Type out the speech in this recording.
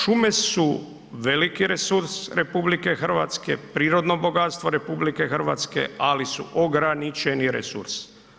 Šume su veliki resurs RH, prirodno bogatstvo RH ali su ograničeni resurs.